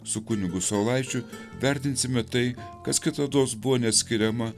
su kunigu saulaičiu vertinsime tai kas kitados buvo neatskiriama